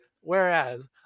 Whereas